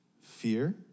Fear